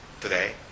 today